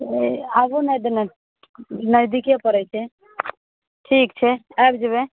आबु ने एहि दऽके नजदीके पड़ै छै ठीक छै आबि जेबै